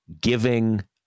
giving